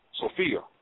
Sophia